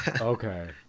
okay